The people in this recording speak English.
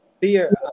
Fear